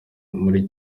muri